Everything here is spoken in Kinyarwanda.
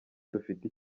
dufite